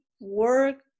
work